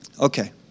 Okay